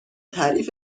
تعریف